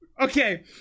Okay